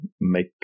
make